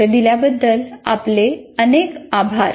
लक्ष दिल्याबद्दल आपले अनेक आभार